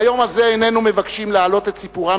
ביום הזה איננו מבקשים להעלות את סיפורם